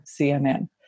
CNN